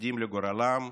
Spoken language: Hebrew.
וחרדים לגורלם,